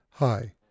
Hi